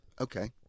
Okay